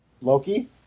Loki